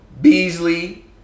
Beasley